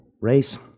Race